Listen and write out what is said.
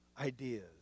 ideas